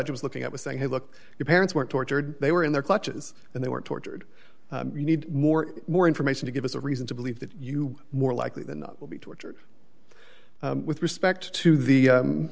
was looking at was saying hey look your parents weren't tortured they were in their clutches and they were tortured you need more more information to give us a reason to believe that you more likely than not will be tortured with respect to the